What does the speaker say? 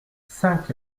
cinq